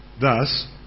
Thus